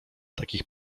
takich